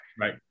Right